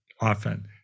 often